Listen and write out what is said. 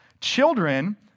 children